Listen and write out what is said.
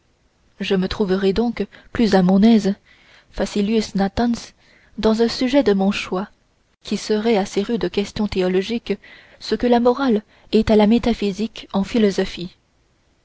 je me trouverai donc plus à mon aise facilius natans dans un sujet de mon choix qui serait à ces rudes questions théologiques ce que la morale est à la métaphysique en philosophie